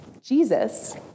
Jesus